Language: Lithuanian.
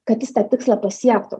kad jis tą tikslą pasiektų